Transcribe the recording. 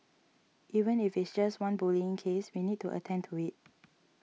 even if it's just one bullying case we need to attend to it